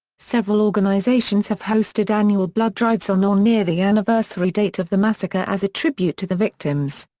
several organizations have hosted annual blood drives on or near the anniversary date of the massacre as a tribute to the victims.